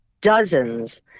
dozens